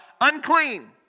Unclean